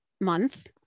month